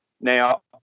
Now